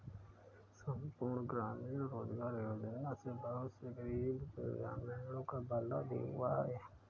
संपूर्ण ग्रामीण रोजगार योजना से बहुत से गरीब ग्रामीणों का भला भी हुआ है